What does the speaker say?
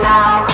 Now